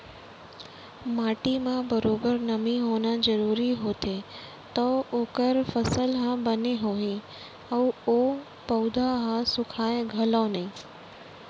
माटी म बरोबर नमी होना जरूरी होथे तव ओकर फसल ह बने होही अउ ओ पउधा ह सुखाय घलौ नई